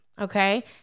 okay